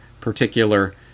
particular